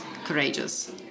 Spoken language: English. courageous